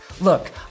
Look